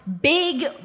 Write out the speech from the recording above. big